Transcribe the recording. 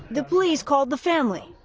the police called the family.